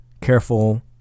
careful